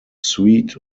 suit